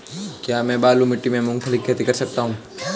क्या मैं बालू मिट्टी में मूंगफली की खेती कर सकता हूँ?